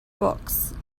books